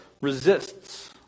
resists